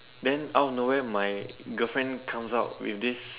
then out of nowhere my girlfriend comes out with this